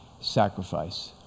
sacrifice